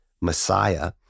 Messiah